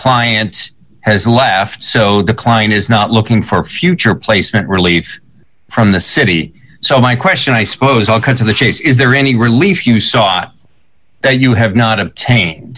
client has left so the cline is not looking for a future placement relief from the city so my question i suppose all kinds of the chase is there any relief you sought that you have not obtain